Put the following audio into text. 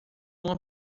uma